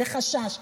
לחשש,